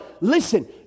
Listen